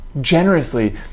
generously